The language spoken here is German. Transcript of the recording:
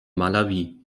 malawi